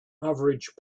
average